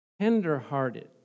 tenderhearted